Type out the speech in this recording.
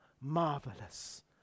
marvelous